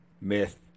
myth